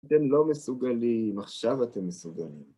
אתם לא מסוגלים, עכשיו אתם מסוגלים.